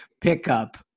pickup